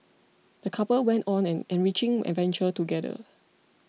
the couple went on an enriching adventure together